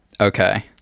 Okay